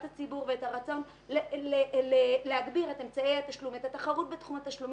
הציבור ואת הרצון להגביר את אמצעי התשלום ואת התחרות בתחום התשלומים.